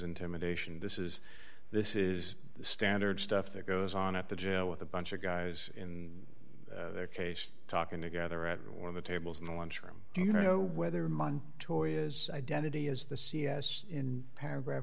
intimidation this is this is standard stuff that goes on at the jail with a bunch of guys in their case talking together at one of the tables in the lunchroom do you know whether montoya is identity is the c s in paragraph